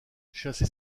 chassez